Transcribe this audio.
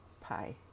Pie